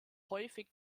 häufig